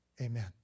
amen